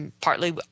Partly